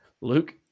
Luke